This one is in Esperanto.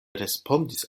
respondis